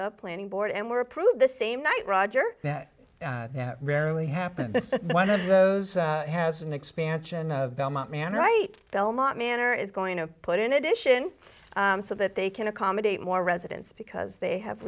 the planning board and were approved the same night roger that rarely happens one of those has an expansion of belmont manor right belmont manor is going to put in addition so that they can accommodate more residents because they have